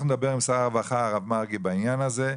אנחנו נדבר עם שר הרווחה מרגי בעניין הזה,